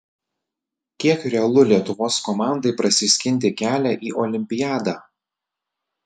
kiek realu lietuvos komandai prasiskinti kelią į olimpiadą